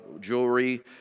jewelry